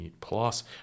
plus